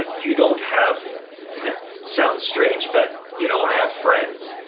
ah you don't have sound strange, but you don't have friends.